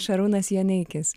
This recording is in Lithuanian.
šarūnas joneikis